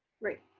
great,